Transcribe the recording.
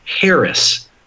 Harris